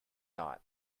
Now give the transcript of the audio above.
not